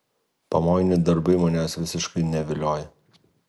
pamoini darbai manęs visiškai nevilioja